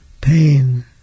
pain